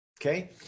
Okay